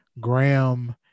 Graham